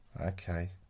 Okay